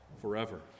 forever